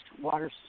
water